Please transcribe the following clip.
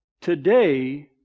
Today